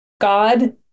God